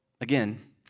again